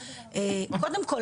קודם כל,